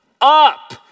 up